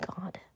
God